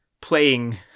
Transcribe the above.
playing